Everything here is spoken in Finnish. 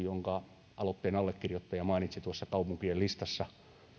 jonka aloitteen allekirjoittaja mainitsi tuossa kaupunkien listassa